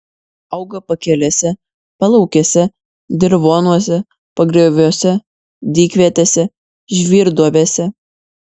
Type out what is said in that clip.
auga pakelėse palaukėse dirvonuose pagrioviuose dykvietėse žvyrduobėse